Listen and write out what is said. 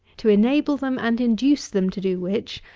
to enable them and induce them to do which,